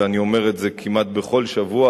ואני אומר את זה כמעט בכל שבוע,